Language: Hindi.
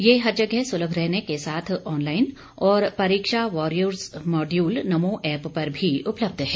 यह हर जगह सुलभ रहने के साथ ऑनलाइन और परीक्षा वारियर्स मॉड्यूल नमो ऐप पर भी उपलब्ध है